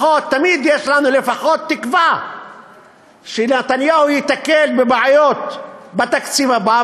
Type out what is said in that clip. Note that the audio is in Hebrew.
תמיד יש לנו לפחות תקווה שנתניהו ייתקל בבעיות בתקציב הבא,